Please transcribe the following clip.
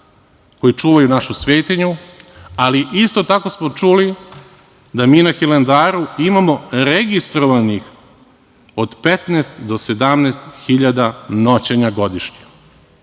koji čuvaju našu svetinju, ali isto tako smo čuli da mi na Hilandaru imamo registrovanih od 15 do 17 hiljada noćenja godišnje. To